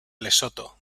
lesoto